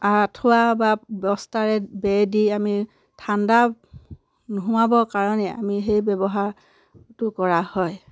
আঁঠুৱা বা বস্তাৰে বেৰ দি আমি ঠাণ্ডা নোসোমাবৰ কাৰণে আমি সেই ব্যৱহাৰটো কৰা হয়